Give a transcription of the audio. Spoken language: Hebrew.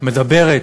מדברת